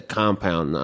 compound